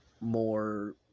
more